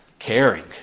Caring